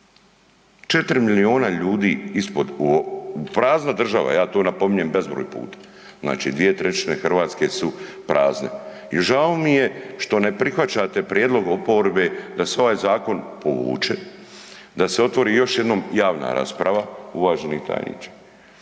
4 milijuna ljudi ispod, prazna država, ja to napominjem bezbroj puta, znači 2/3 Hrvatske su prazne. I žao mi je što ne prihvaćate prijedlog oporbe da se ovaj zakon povuče, da se otvori još jednom javna rasprava uvaženi tajniče